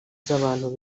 z’abantu